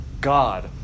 God